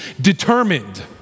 determined